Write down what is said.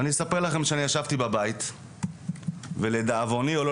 ואני אספר לכם שאני ישבתי בבית ולדאבוני או לא